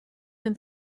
than